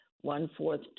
one-fourth